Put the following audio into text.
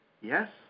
Yes